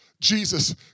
Jesus